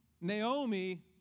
Naomi